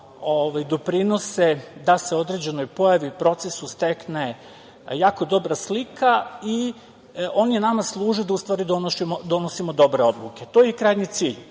doprinose da se određenoj pojavi, procesu stekne jako dobra slika i oni nama služe da u stvari donosimo dobre odluke. To je i krajnji cilj